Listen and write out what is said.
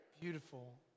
Beautiful